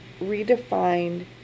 redefined